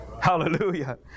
Hallelujah